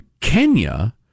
Kenya